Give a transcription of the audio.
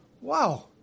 Wow